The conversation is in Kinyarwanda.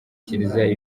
kiliziya